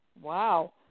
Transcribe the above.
Wow